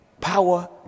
Power